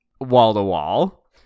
wall-to-wall